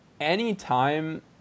Anytime